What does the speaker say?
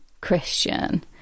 christian